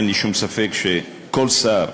אין לי שום ספק שכל שר,